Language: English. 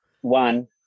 one